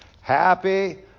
Happy